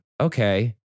Okay